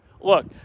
Look